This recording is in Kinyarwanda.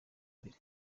imbere